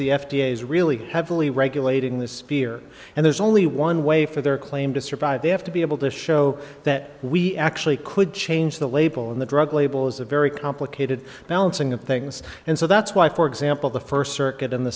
is really heavily regulating the spear and there's only one way for their claim to survive they have to be able to show that we actually could change the label in the drug label is a very complicated balancing of things and so that's why for example the first circuit in the